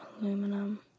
Aluminum